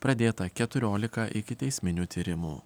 pradėta keturiolika ikiteisminių tyrimų